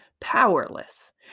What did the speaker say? powerless